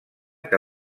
que